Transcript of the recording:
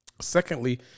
secondly